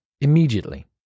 immediately